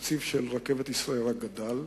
התקציב של רכבת ישראל רק גדל.